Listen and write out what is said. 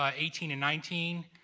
um eighteen, and nineteen.